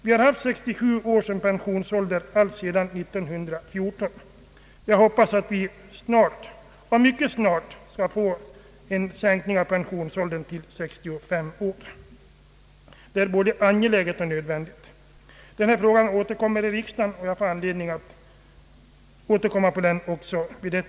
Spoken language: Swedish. Vi har haft 67 år som pensionsålder sedan 1914. Jag hoppas att vi mycket snart skall få en sänkning av pensionsåldern till 65 år, det är både angeläget och nödvändigt. Denna fråga återkommer i riksdagen och jag får då anledning att ta upp den på nytt.